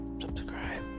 subscribe